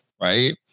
Right